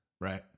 Right